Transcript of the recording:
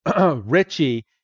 Richie